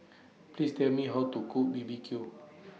Please Tell Me How to Cook B B Q